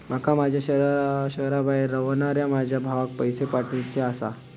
माका माझ्या शहराबाहेर रव्हनाऱ्या माझ्या भावाक पैसे पाठवुचे आसा